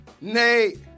Nate